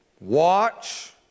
Watch